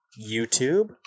YouTube